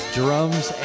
drums